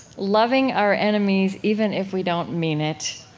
loving our enemies even if we don't mean it.